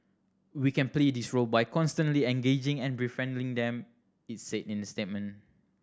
we can play this role by constantly engaging and befriending them it said in a statement